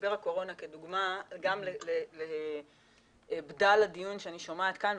משבר הקורונה כדוגמא גם לבדל הדיון שאני שומעת כאן,